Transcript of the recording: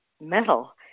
metal